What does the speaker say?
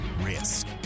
risk